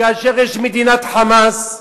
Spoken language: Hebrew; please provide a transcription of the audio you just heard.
כאשר יש מדינת "חמאס",